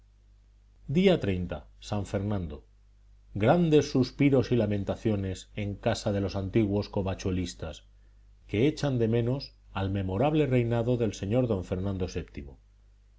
día san fernando grandes suspiros y lamentaciones en casa de los antiguos covachuelistas que echan de menos al memorable reinado del señor don fernando